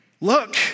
Look